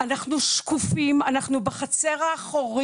צריך להוסיף מיטות למחלקות אקוטיות,